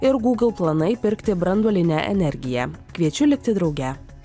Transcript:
ir google planai pirkti branduolinę energiją kviečiu likti drauge